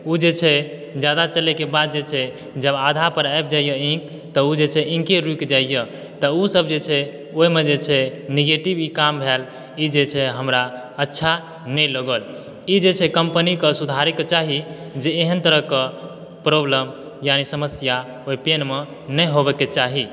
ओ जे छै ज्यादा चलयके बाद जे छै जब आधा पर आबि जाइए इंक तब ओ जे छै इन्के रुकि जाइए तऽ तब ओ सभ जे छै ओहिमे जे छै निगेटिव ई काम भेल ई जे छै हमरा अच्छा नहि लागल ई जे छै कम्पनीकऽ सुधारयकऽ चाही जे एहन तरहकऽ प्रॉब्लम यानि समस्या ओहिपेनमऽ नहि होबाक चाही